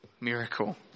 Miracle